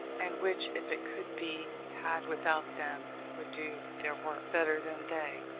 and which, if it could be had without them, would do their work better than they.